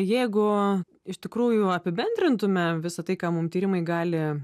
jeigu iš tikrųjų apibendrintume visa tai ką mum tyrimai gali